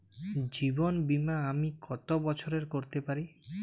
জীবন বীমা আমি কতো বছরের করতে পারি?